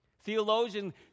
Theologian